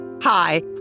Hi